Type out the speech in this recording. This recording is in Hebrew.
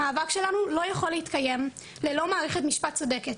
המאבק שלנו לא יכול להתקיים ללא מערכת משפט צודקת,